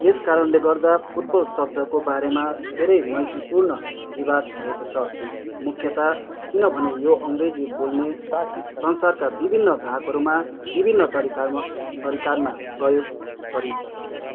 यस कारणले गर्दा फुटबल शब्दको बारेमा धेरै मैत्रीपूर्ण विवाद भएको छ मुख्यतया किनभने यो अङ्ग्रेजी बोल्ने संसारका विभिन्न भागहरूमा विभिन्न तरिकाहरूमा तरिकामा प्रयोग गरिन्छ